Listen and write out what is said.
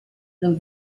non